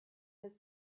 his